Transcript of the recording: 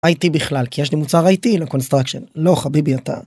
IT בכלל, כי יש נמוצר IT לקונסטרקשן, לא חביבי אתה.